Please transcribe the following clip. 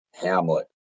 Hamlet